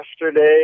yesterday